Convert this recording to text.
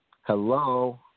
Hello